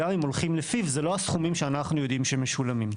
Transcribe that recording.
גם אם הולכים לפיו זה לא הסכומים שאנחנו יודעים שמשולמים.